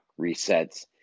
resets